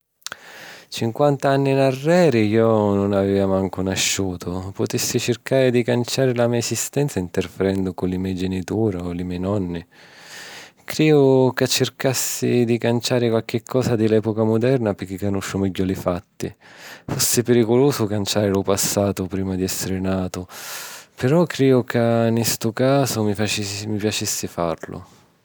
Cinquanta anni nnarreri jo nun avìa mancu nasciutu; putissi circari di canciari la me esistenza 'nterfirennu cu li mei genitura o li mei nonni. Criju ca circassi di canciari qualchi cosa di l'èpuca muderna picchì canusciu megghiu li fatti. Fussi periculusu canciari lu passatu prima di èssiri natu, però criju ca nni stu casu mi piacissi fàrilu.